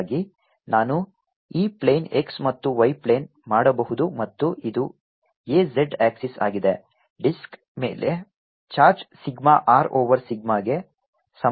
ಹಾಗಾಗಿ ನಾನು ಈ ಪ್ಲೇನ್ x ಮತ್ತು y ಪ್ಲೇನ್ ಮಾಡಬಹುದು ಮತ್ತು ಇದು a z ಆಕ್ಸಿಸ್ ಆಗಿದೆ ಡಿಸ್ಕ್ ಮೇಲ್ಮೈ ಚಾರ್ಜ್ ಸಿಗ್ಮಾ R ಓವರ್ ಸಿಗ್ಮಾಗೆ ಸಮನಾಗಿರುತ್ತದೆ